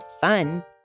fun